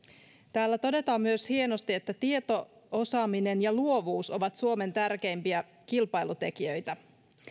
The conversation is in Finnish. täällä todetaan myös hienosti että tieto osaaminen ja luovuus ovat suomen tärkeimpiä kilpailutekijöitä